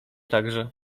także